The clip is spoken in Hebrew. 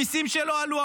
המיסים שלו עלו,